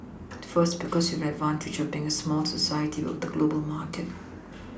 first because we have an advantage of being a small society but with a global market